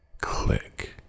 click